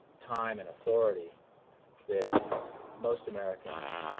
time and authority that most americans